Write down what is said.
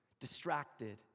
Distracted